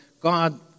God